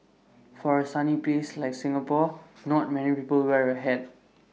for A sunny place like Singapore not many people wear A hat